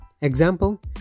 Example